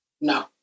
No